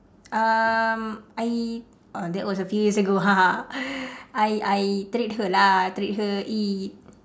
um I uh that was a few years ago I I treat her lah treat her eat